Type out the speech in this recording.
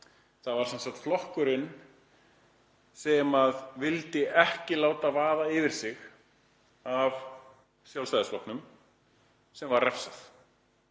Það var sem sagt flokkurinn sem vildi ekki láta vaða yfir sig af Sjálfstæðisflokknum sem var refsað.